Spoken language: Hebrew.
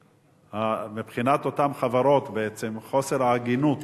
מבחינת אותן חברות בעצם, חוסר ההגינות